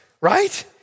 right